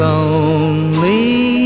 Lonely